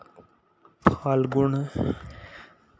Phalgun